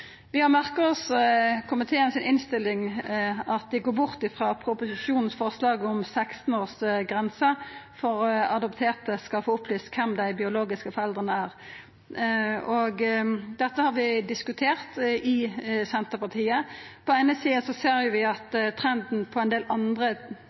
Vi har merka oss at komiteen i innstillinga går bort frå forslaget i proposisjonen om 16-årsgrense for at adopterte skal få opplyst kven dei biologiske foreldra er, og dette har vi diskutert i Senterpartiet. På den eine sida ser vi at